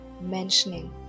mentioning